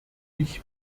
ich